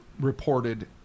reported